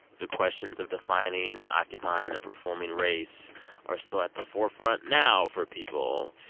the questions of defining and occupying and performing race are still at the forefront now for people.